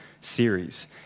series